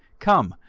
come,